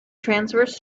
transverse